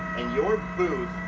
and your food